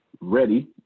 Ready